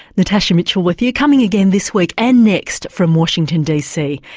natasha mitchell with you. coming again this week and next from washington dc,